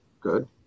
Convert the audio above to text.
good